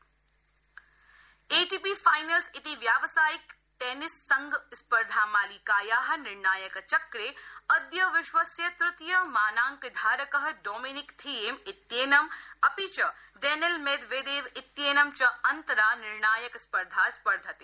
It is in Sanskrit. एटीपी फाइनल्स एटीपी फाइनल्स् इति व्यावसायिक टेनिस संघ स्पर्धामालिकाया निर्णायक चक्रे अद्य विश्वस्य तृतीय मानाड़कधारक डोमिनिक थियेम इत्येनं अपि च डेनिल मेदवेदेव इत्येनं च अन्तरा निर्णायक स्पर्धा स्पर्धते